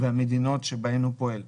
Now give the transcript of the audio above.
והמדינות שבהן הוא פועל,